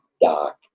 doc